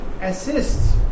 assists